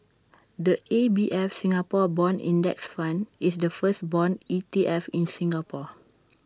the A B F Singapore Bond index fund is the first Bond E T F in Singapore